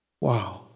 Wow